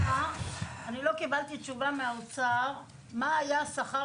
אני לא קיבלתי תשובה ממשרד האוצר לגבי מה היה השכר